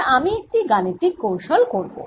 এবার আমি একটি গাণিতিক কৌশল করব